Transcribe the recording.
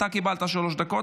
אתה קיבלת שלוש דקות,